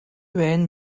wijn